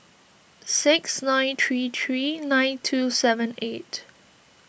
six nine three three nine two seven eight